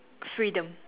freedom